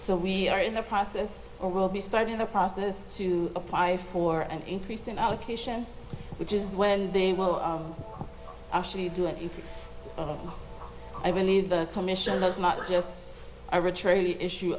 so we are in the process or will be starting the process to apply for an increase in allocation which is when they will actually do it if i believe the commission does not just ritually issue